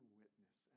witness